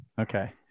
Okay